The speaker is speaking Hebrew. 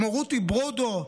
רותי ברודו,